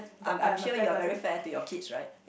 I'm I'm sure you're very fair to your kids right